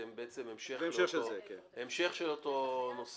זה המשך של אותו נושא.